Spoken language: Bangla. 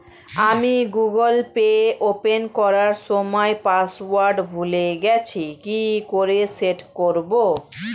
আমি গুগোল পে ওপেন করার সময় পাসওয়ার্ড ভুলে গেছি কি করে সেট করব?